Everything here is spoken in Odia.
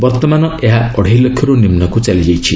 ବର୍ତ୍ତମାନ ଏହା ଅଢ଼େଇ ଲକ୍ଷରୁ ନିମ୍ନକୁ ଚାଲିଯାଇଛି